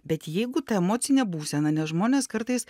bet jeigu ta emocinė būsena nes žmonės kartais